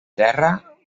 terra